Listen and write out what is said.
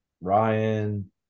ryan